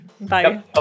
Bye